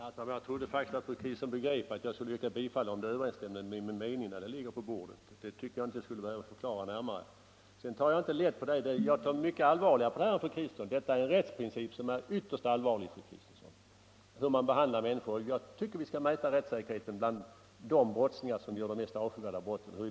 Herr talman! Jag trodde faktiskt att fru Kristensson begrep att jag skulle yrka bifall till förslaget om det överensstämmer med min mening när det ligger på riksdagens bord. Det trodde jag inte att jag behövde förklara närmare. Jag tar inte lätt på de här frågorna. Jag tar mycket allvarligare på dem än fru Kristensson. De handlar om en rättsprincip som är ytterst allvarlig och som gäller hur man behandlar människor. Jag tycker att vi skall mäta rättssäkerheten efter hur vi behandlar de brottslingar som gör de mest avskyvärda brotten.